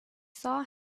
saw